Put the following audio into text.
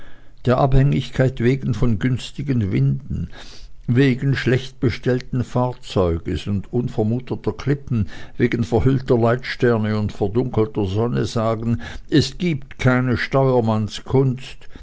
der abhängigkeit wegen von günstigen winden wegen schlechtbestellten fahrzeuges und unvermuteter klippen wegen verhüllter leitsterne und verdunkelter sonne sagen es gibt keine